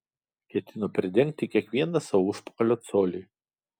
ketino pridengti kiekvieną savo užpakalio colį